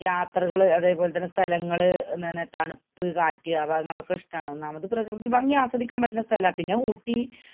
യാത്രകള് അതേപോലെ തന്നെ സ്ഥലങ്ങള് തണുപ്പ് കാറ്റ് ആ ഭാഗങ്ങളൊക്കെ ഇഷ്ടമാണ് ഒന്നാമത് പ്രകൃതി ഭംഗി ആസ്വദിക്കാൻ പറ്റണ സ്ഥലമാണ് പിന്നെ ഊട്ടി